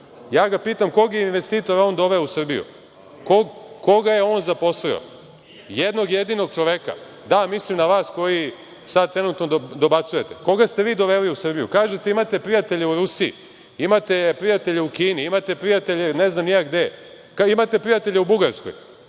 Pitam ga kog je investitora doveo u Srbiju? Koga je on zaposlio, jednog jedinog čoveka? Da, mislim na vas koji sada trenutno dobacujete. Koga ste vi doveli u Srbiju? Kažete da imate prijatelje u Rusiji, imate prijatelje u Kini, imate prijatelje ne znam ni ja gde, imate prijatelje u Bugarskoj,